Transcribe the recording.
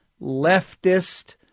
leftist